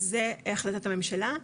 אז זה החלטת הממשלה.